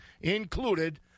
included